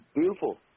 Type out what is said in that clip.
Beautiful